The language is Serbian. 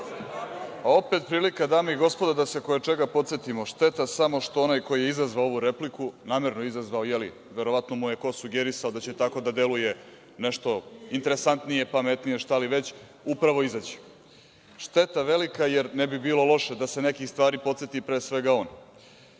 prilika, dame i gospodo, da se koječega podsetimo. Samo šteta što onaj koji je izazvao ovu repliku, namerno izazvao, verovatno mu je neko sugerisao da će to tako da deluje, nešto interesantnije, pametnije, šta li već, upravo izađe. Šteta velika, jer ne bi bilo loše da se nekih stvari podseti, pre svega